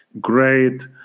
great